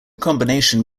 combination